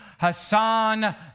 Hassan